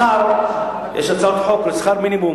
מחר יש הצעות חוק שכר מינימום,